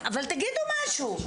אבל תגידו משהו.